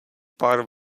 pár